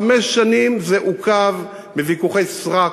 חמש שנים זה עוכב בוויכוחי סרק,